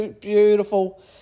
beautiful